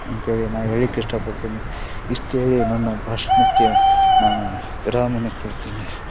ಅಂಥೇಳಿ ನಾನು ಹೇಳ್ಲಿಕ್ಕೆ ಇಷ್ಟಪಡ್ತೀನಿ ಇಷ್ಟು ಹೇಳಿ ನನ್ನ ಭಾಷಣಕ್ಕೆ ನಾನು ವಿರಾಮನ ಕೊಡ್ತೀನಿ